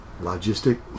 logistic